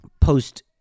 post